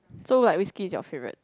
so like whiskey is your favourite